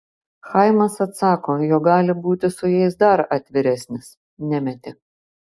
chaimas atsako jog gali būti su jais dar atviresnis nemetė